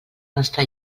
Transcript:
nostra